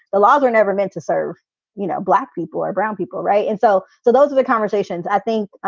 the laws are never meant to serve you know black people or brown people. right. and so so those are the conversations, i think,